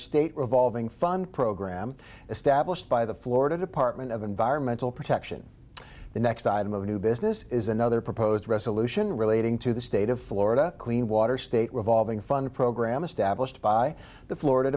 state revolving fund program established by the florida department of environmental protection the next item of a new business is another proposed resolution relating to the state of florida clean water state revolving fund program established by the florida